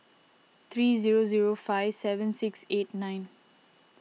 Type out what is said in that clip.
three zero zero five seven six eight nine